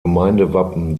gemeindewappen